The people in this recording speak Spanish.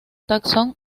taxón